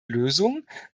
lösung